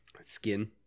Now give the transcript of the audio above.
Skin